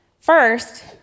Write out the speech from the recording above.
First